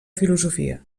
filosofia